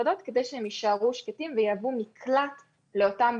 נקרא לזה עירוניים, או מבונים, או אזורי